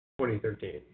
2013